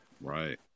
Right